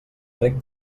reg